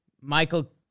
Michael